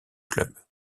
club